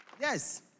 Yes